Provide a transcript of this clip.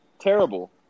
terrible